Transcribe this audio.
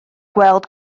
gweld